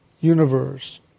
universe